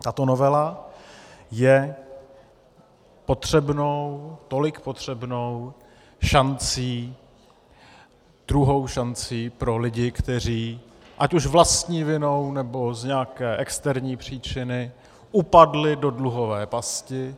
Tato novela je potřebnou, tolik potřebnou šancí, druhou šancí pro lidi, kteří ať už vlastní vinou, nebo z nějaké externí příčiny upadli do dluhové pasti.